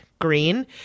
green